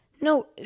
No